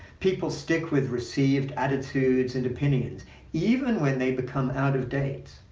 people stick with received attitudes and opinions even when they become out of date.